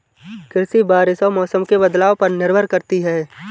कृषि बारिश और मौसम के बदलाव पर निर्भर करती है